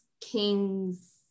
King's